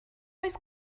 oes